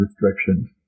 restrictions